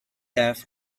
depth